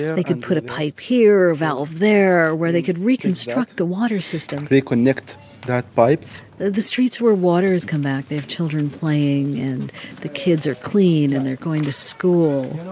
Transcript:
they could put a pipe here, a valve there, where they could reconstruct the water system reconnect that pipes the the streets where water has come back they have children playing. and the kids are clean, and they're going to school.